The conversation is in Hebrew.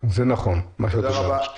זה נכון מה שאת אומרת,